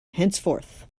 henceforth